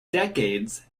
decades